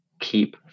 keep